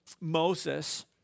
Moses